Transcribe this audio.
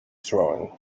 throwing